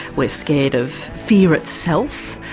we're scared of fear itself,